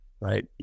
right